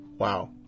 Wow